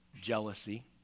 jealousy